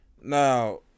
Now